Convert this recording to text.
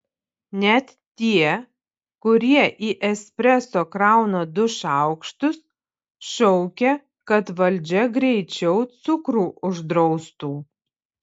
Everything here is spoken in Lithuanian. net tie kurie į espreso krauna du šaukštus šaukia kad valdžia greičiau cukrų uždraustų